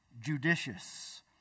judicious